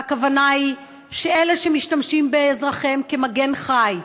והכוונה היא שאלה שמשתמשים באזרחיהם כמגן חי,